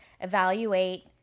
evaluate